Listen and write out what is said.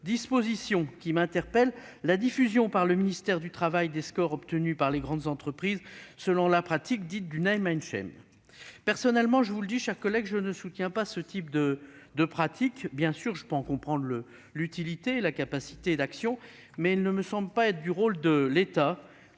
disposition qui m'interpelle : la diffusion par le ministère du travail des scores obtenus par les grandes entreprises, selon la pratique dite du «». Personnellement, je vous le dis, mes chers collègues, je ne soutiens pas ce type de pratique. Bien sûr, je peux en comprendre l'utilité et la capacité d'influence, mais il ne me semble pas que ce soit le rôle de l'État